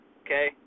okay